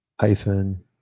Hyphen